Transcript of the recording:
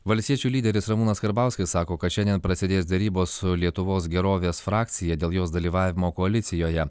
valstiečių lyderis ramūnas karbauskis sako kad šiandien prasidės derybos su lietuvos gerovės frakcija dėl jos dalyvavimo koalicijoje